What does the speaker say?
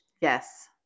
Yes